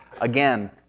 again